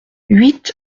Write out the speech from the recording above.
huit